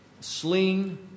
sling